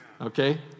okay